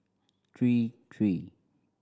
three three